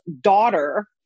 daughter